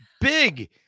big